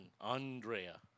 Andrea